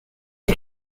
vez